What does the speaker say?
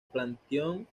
panteón